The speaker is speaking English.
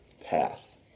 path